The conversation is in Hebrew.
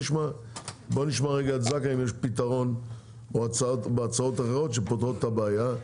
בואו נשמע את זכאי אם יש פתרון או הצעות אחרות שפותרות את הבעיה.